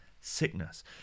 sickness